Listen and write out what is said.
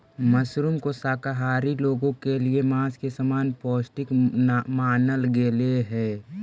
mushroom को शाकाहारी लोगों के लिए मांस के समान पौष्टिक मानल गेलई हे